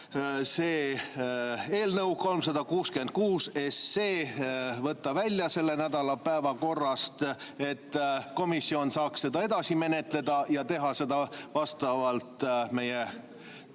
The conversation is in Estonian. eelnõu 366 välja võtta selle nädala päevakorrast, et komisjon saaks seda edasi menetleda ja teha seda vastavalt meie kodu-